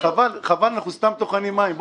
חבל שאנחנו סתם טוחנים מים.